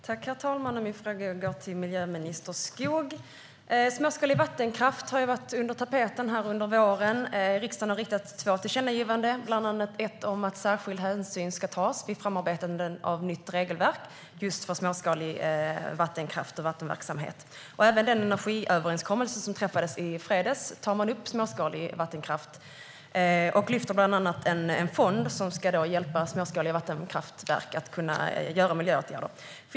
Herr talman! Min fråga går till miljöminister Skog. Småskalig vattenkraft har varit på tapeten under våren. Riksdagen har riktat två tillkännagivanden, bland annat ett om att särskild hänsyn ska tas vid framarbetandet av nytt regelverk för just småskalig vattenkraft och vattenverksamhet. Även i den energiöverenskommelse som träffades i fredags tar man upp småskalig vattenkraft och lyfter bland annat upp en fond som ska hjälpa småskaliga vattenkraftverk att vidta miljöåtgärder.